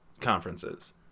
conferences